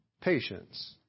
patience